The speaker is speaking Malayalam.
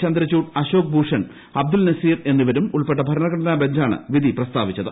ചന്ദ്രചൂഡ് അശോക് ഭൂഷൺ അബ്ദുൾ നസീർ എന്നീപ്പരും ഉൾപ്പെട്ട ഭരണഘടനാ ബഞ്ചാണ് വിധി പ്രസ്താവിച്ചത്